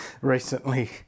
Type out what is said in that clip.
recently